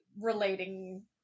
relating